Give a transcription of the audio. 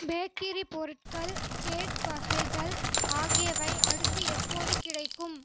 bakery பொருட்கள் cake வகைகள் ஆகியவை அடுத்து எப்போது கிடைக்கும்